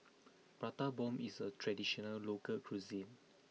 Prata Bomb is a traditional local cuisine